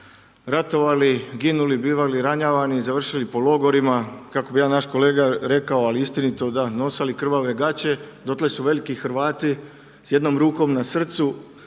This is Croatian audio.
ratovali, ginuli, bivali ranjavani, završili po logorima, kako bi jedan naš kolega rekao ali istinito, da „nosali krvave gaće“ dokle su veliki Hrvati s jednom rukom na srcu